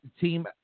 team